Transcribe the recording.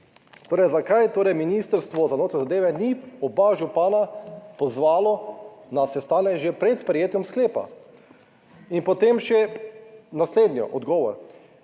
Torej, zakaj torej ministrstvo za notranje zadeve ni oba župana pozvalo na sestanek že pred sprejetjem sklepa? In potem še naslednji odgovor.